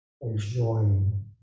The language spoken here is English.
Enjoying